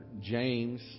James